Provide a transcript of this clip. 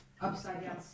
upside-down